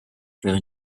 faire